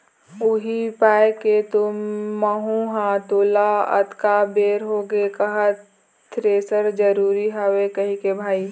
उही पाय के तो महूँ ह तोला अतका बेर होगे कहत थेरेसर जरुरी हवय कहिके भाई